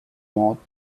mouth